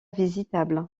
visitable